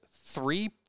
three